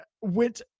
went